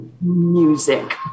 music